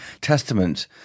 testament